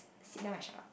sit down and shut up